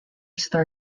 star